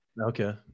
Okay